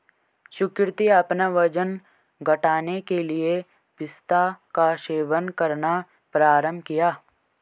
सुकृति अपना वजन घटाने के लिए पिस्ता का सेवन करना प्रारंभ किया